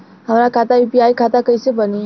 हमार खाता यू.पी.आई खाता कईसे बनी?